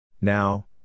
Now